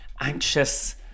anxious